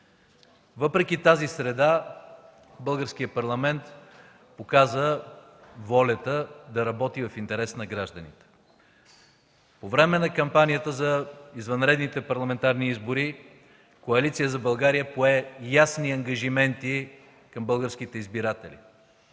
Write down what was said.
Въпреки тази среда Българският парламент показа волята да работи в интерес на гражданите. По време на кампанията за извънредните парламентарни избори Коалиция за България пое ясни ангажименти към българските избиратели